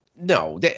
no